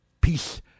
Peace